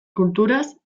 kulturaz